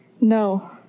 No